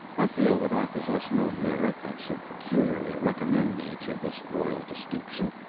i feel that i possess no merit that should peculiarly recommend me to this royal distinction.